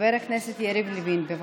חבר הכנסת יריב לוין, בבקשה.